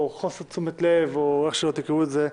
או חוסר תשומת לב או איך שלא תקראו לזה,